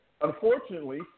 Unfortunately